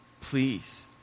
please